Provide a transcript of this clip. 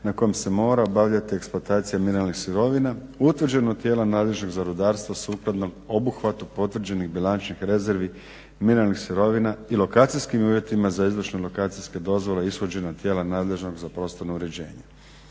na kojem se mora obavljati eksploatacija mineralnih sirovina utvrđenih od tijela nadležnih za rudarstvo sukladno obuhvatu potvrđenih bilančnih rezervi mineralnih sirovina i lokacijskim uvjetima za izvršne lokacijske dozvole ishođena tijela nadležnog za prostornog uređenje.